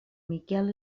miquel